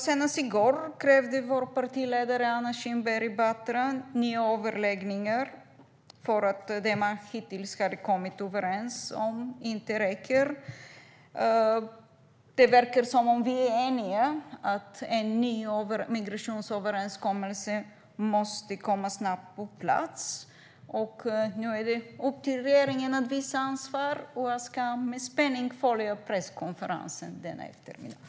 Senast i går krävde vår partiledare Anna Kinberg Batra nya överläggningar för att det som man hittills har kommit överens om inte räcker. Det verkar som om vi är eniga om att en ny migrationsöverenskommelse snabbt måste komma på plats. Nu är det upp till regeringen att visa ansvar, och jag ska med spänning följa presskonferensen i eftermiddag.